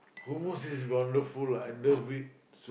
hormones is wonderful lah I love it